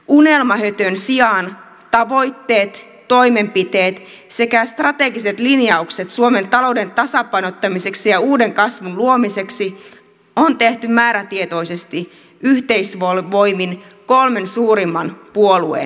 unelmahötön sijaan tavoitteet toimenpiteet sekä strategiset linjaukset suomen talouden tasapainottamiseksi ja uuden kasvun luomiseksi on tehty määrätietoisesti yhteisvoimin kolmen suurimman puolueen kesken